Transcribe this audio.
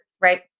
right